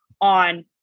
on